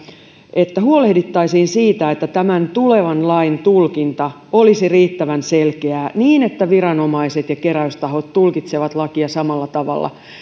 että huolehdittaisiin siitä että tämän tulevan lain tulkinta olisi riittävän selkeää niin että viranomaiset ja keräystahot tulkitsevat lakia samalla tavalla